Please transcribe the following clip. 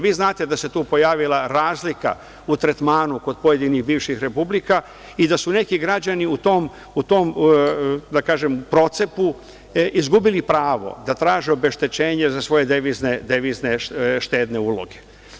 Vi znate da se tu pojavila razlika u tretmanu kod pojedinih bivših republika i da su neki građani u tom, da kažem, procepu izgubili pravo da traže obeštećenje za svoje devizne štedne uloge.